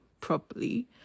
properly